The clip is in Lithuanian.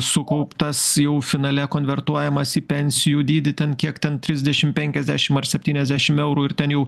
sukauptas jau finale konvertuojamas į pensijų dydį ten kiek ten trisdešim penkiasdešim ar septyniasdešim eurų ir ten jau